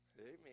Amen